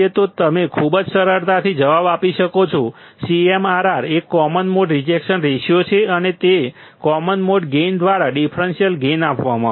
તો તમે ખૂબ જ સરળતાથી જવાબ આપી શકો છો CMRR એક કોમન મોડ રિજેક્શન રેશિયો છે અને તે કોમન મોડ ગેઇન દ્વારા ડિફરન્સીયલ ગેઇન આપવામાં આવે છે